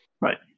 right